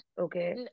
okay